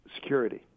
Security